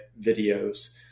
videos